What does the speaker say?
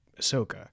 Ahsoka